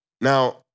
now